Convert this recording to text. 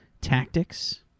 tactics